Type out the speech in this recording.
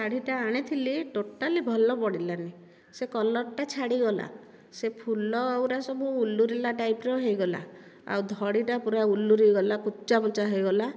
ଶାଢ଼ୀଟା ଆଣିଥିଲି ଟୋଟାଲି ଭଲ ପଡ଼ିଲାନି ସେ କଲରଟା ଛାଡ଼ିଗଲା ସେ ଫୁଲଗୁଡ଼ାକ ସବୁ ଉଲୁରିଲା ଟାଇପର ହୋଇଗଲା ଆଉ ଧଡ଼ିଟା ପୁରା ଉଲୁରି ଗଲା କୁଚାମୁଚା ହୋଇଗଲା